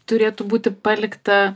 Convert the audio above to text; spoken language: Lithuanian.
turėtų būti palikta